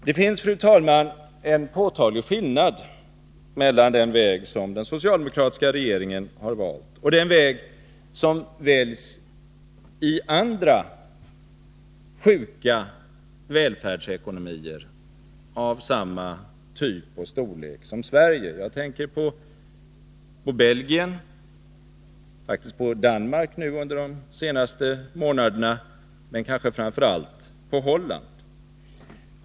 Det finns, fru talman, en påtaglig skillnad mellan den väg som den socialdemokratiska regeringen har valt och den väg som väljs i andra sjuka välfärdsekonomier av samma typ och storlek som Sverige. Jag tänker på Belgien och faktiskt på Danmark under de senaste månaderna, men kanske framför allt på Holland.